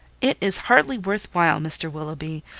it is hardly worth while, mr. willoughby,